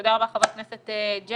תודה רבה, חבר הכנסת ג'אבר,